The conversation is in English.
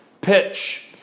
Pitch